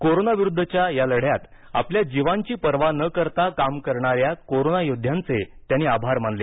corona विरुद्धच्या या लढ्यात आपल्या जीवांची पर्वा न करता काम करणाऱ्या कोरोना योद्ध्यांचे त्यांनी आभार मानले